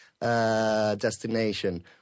destination